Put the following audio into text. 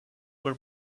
were